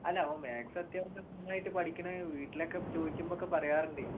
അല്ല അവൻ മാത്സ് അത്യാവശ്യം നന്നായിട്ട് പഠിക്കുന്ന ആണ് വീട്ടിൽ ഒക്കെ ചോദിക്കുമ്പോൾ ഒക്കെ പറയാറുണ്ട്